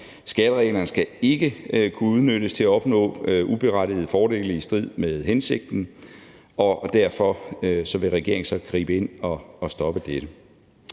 Skattereglerne skal ikke kunne udnyttes til at opnå uberettigede fordele i strid med hensigten, og derfor vil regeringen gribe ind og stoppe det.